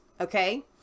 Okay